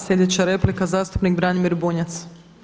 Sljedeća replika zastupnik Branimir Bunjac.